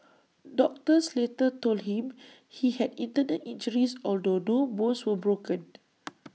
doctors later told him he had internal injuries although no bones were broken